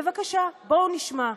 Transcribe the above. בבקשה, בואו נשמע.